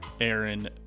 aaron